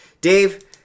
Dave